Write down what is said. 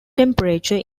temperature